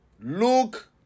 look